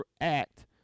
act